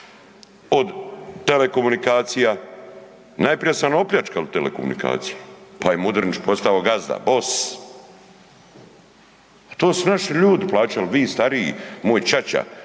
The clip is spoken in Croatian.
od telekomunikacija, najprije su nam opljačkali telekomunikacije pa je Mudrinić postao gazda, boss. Pa to su naši ljudi plaćali, vi stariji, moj ćaća,